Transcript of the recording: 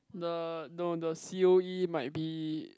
the no the c_o_e might be